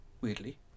weirdly